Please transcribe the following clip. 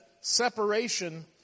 separation